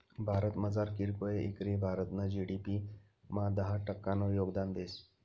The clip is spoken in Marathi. भारतमझार कीरकोय इकरी भारतना जी.डी.पी मा दहा टक्कानं योगदान देस